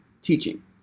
teaching